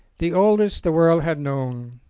the oldest the world had known,